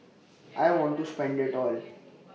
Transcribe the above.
I want to spend IT all